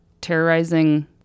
terrorizing